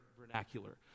vernacular